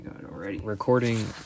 recording